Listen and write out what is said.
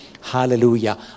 Hallelujah